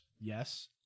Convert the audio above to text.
Yes